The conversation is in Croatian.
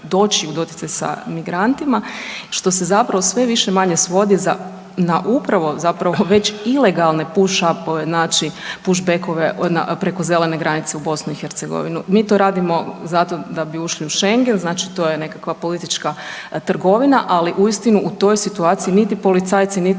doći u doticaj s migrantima, što se zapravo sve više-manje svodi na upravo, zapravo već ilegalne push up-ove, znači push-beck-ove preko zelene granice u Bosnu i Hercegovinu. Mi to radimo zato da bi ušli u schengen. Znači to je nekakva politička trgovina. Ali uistinu u toj situaciji niti policajci, niti